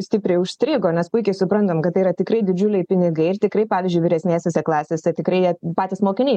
stipriai užstrigo nes puikiai suprantam kad tai yra tikrai didžiuliai pinigai ir tikrai pavyzdžiui vyresnėsėse klasėse tikrai jie patys mokiniai